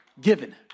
given